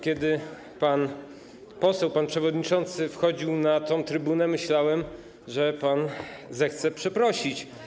Kiedy pan poseł, pan przewodniczący wchodził na tę trybunę, myślałem, że pan zechce przeprosić.